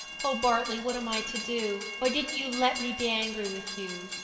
oh, bartley, what am i to do? why didn't you let me be angry with you?